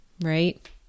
right